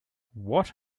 what